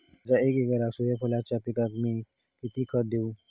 माझ्या एक एकर सूर्यफुलाच्या पिकाक मी किती खत देवू?